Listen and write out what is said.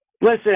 Listen